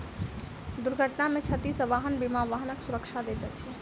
दुर्घटना में क्षति सॅ वाहन बीमा वाहनक सुरक्षा दैत अछि